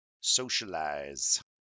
socialize